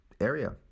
area